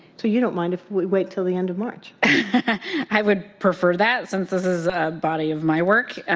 so you don't mind if we wait until the end of march. but i would prefer that, since this is a body of my work,